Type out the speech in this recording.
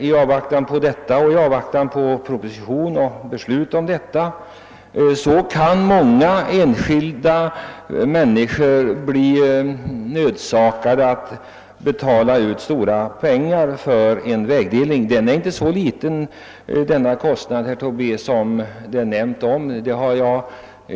I avvaktan på utredningsresultatet och på proposition och beslut kan många enskilda människor bli nödsakade att betala ut stora pengar för en vägdelning. Den kostnaden är inte så liten, herr Tobé, som det har sagts.